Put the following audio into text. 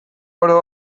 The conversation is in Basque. oro